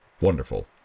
wonderful